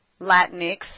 Latinx